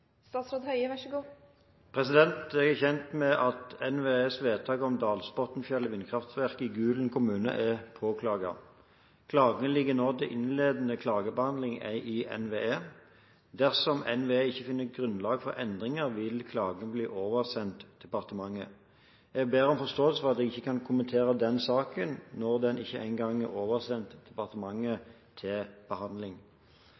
Jeg er kjent med at NVEs vedtak om Dalsbotnfjellet vindkraftverk i Gulen kommune er påklaget. Klagene ligger til innledende klagebehandling i NVE. Dersom NVE ikke finner grunnlag for endringer, vil klagene bli oversendt departementet. Jeg ber om forståelse for at jeg ikke kan kommentere den saken når den ikke engang er oversendt